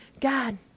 God